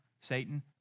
Satan